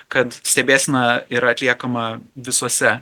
kad stebėsena yra atliekama visose